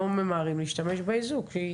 לא ממהרים להשתמש באיזוק?